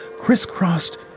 crisscrossed